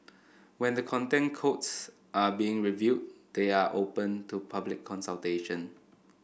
when the Content Codes are being reviewed they are open to public consultation